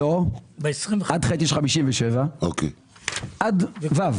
לא, עד ח' יש 57, עד ו'.